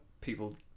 people